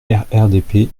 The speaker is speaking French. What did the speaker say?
rrdp